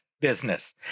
business